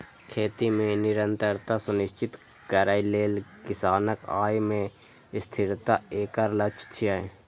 खेती मे निरंतरता सुनिश्चित करै लेल किसानक आय मे स्थिरता एकर लक्ष्य छियै